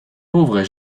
pauvres